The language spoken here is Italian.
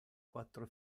quattro